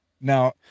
Now